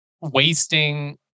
wasting